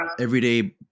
everyday